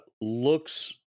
looks